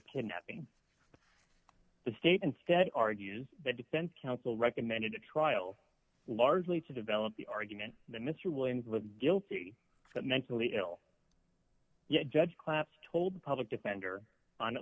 kidnapping the state instead argues the defense counsel recommended a trial largely to develop the argument that mr williams was guilty but mentally ill yes judge class told the public defender on at